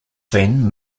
then